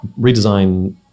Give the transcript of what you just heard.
redesign